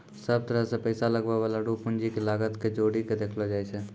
सब तरह से पैसा लगबै वाला रो पूंजी के लागत के जोड़ी के देखलो जाय छै